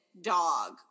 dog